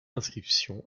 inscription